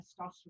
testosterone